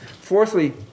Fourthly